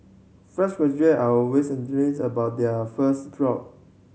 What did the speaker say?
fresh graduate are always about their first job